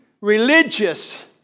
religious